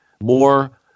more